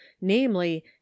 namely